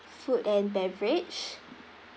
food and beverage